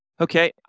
Okay